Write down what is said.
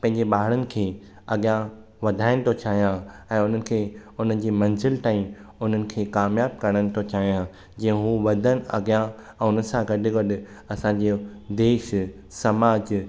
पंहिंजे ॿारनि खे अॻियां वधाइण थो चाहियां ऐं उन्हनि खे उन्हनि जे मंज़िल ताईं उन्हनि खे कामयाबु करणु थो चाहियां जीअं हू वधनि अॻियां ऐं उन्हनि सां गॾु गॾु असां जो देश समाजु